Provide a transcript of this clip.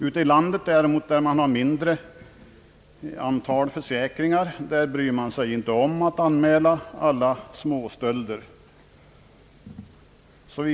Ute i landet däremot, där det är mindre vanligt att ha försäkringar, bryr man sig inte om att anmäla alla småstölder.